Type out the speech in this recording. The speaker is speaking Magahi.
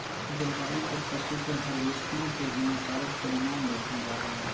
जलवायु पर पशु के हार्वेस्टिंग के हानिकारक परिणाम देखल जा हइ